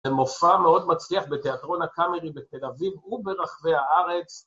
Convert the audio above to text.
זה מופע מאוד מצליח בתיאטרון הקאמרי בתל אביב וברחבי הארץ.